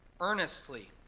Earnestly